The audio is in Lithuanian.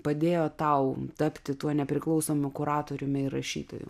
padėjo tau tapti tuo nepriklausomu kuratoriumi ir rašytoju